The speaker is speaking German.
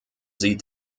sie